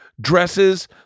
dresses